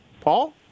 Paul